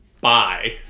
Bye